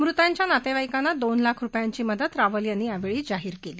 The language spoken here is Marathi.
मृतांच्या नातेवाईकांना दोन लाख रुपयांची मदत रावल यांनी यावेळी जाहीर केली